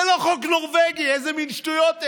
זה לא חוק נורבגי, איזה מן שטויות אלה?